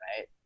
right